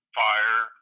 fire